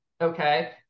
okay